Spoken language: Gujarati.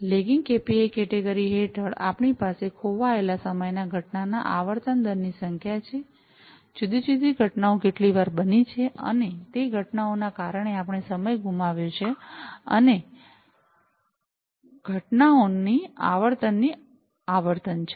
લેગિંગ કેપીઆઈ કેટેગરી હેઠળ આપણી પાસે ખોવાયેલા સમયના ઘટના ના આવર્તન દરની સંખ્યા છે જુદી જુદી ઘટનાઓ કેટલી વાર બની છે અને તે ઘટનાઓના કારણે આપણે સમય ગુમાવ્યો છે અને તે ઘટનાઓની આવર્તનની આવર્તન છે